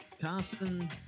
Carson